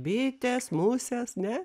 bitės musės ne